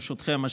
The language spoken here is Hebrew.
ברשותכם,